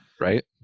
right